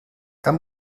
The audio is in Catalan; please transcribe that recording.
tan